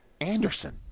Anderson